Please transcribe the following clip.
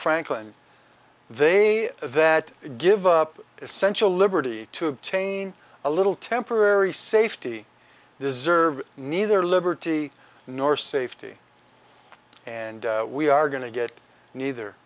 franklin they that give up essential liberty to obtain a little temporary safety deserve neither liberty nor safety and we are going to get neither